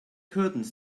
curtains